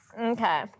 Okay